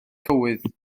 cywydd